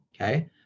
Okay